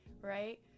right